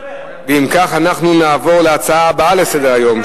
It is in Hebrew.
אנחנו נעבור להצעה הבאה לסדר-היום,